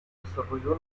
desarrollo